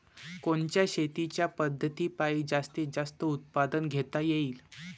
कोनच्या शेतीच्या पद्धतीपायी जास्तीत जास्त उत्पादन घेता येईल?